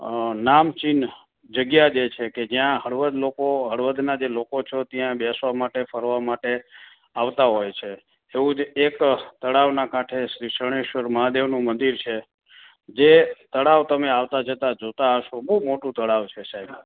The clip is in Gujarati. અ નામચીન જગ્યા જે છેકે જ્યાં હળવદ લોકો હળવદના જે લોકો છે ત્યાં બેસવા માટે ફરવા માટે આવતા હોય છે એવું જ એક તળાવના કાંઠે શ્રી શનીશ્વર મહાદેવનું મંદિર છે જે તળાવ તમે આવતા જતા જોતા હશો બહું મોટું તળાવ છે સાહેબ